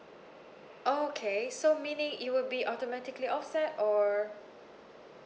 oh okay so meaning it will be automatically offset or